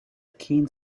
keen